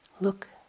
Look